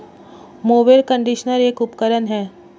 mower conditioner एक उपकरण है